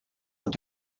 und